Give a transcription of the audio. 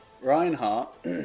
Reinhardt